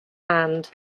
hand